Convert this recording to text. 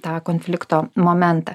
tą konflikto momentą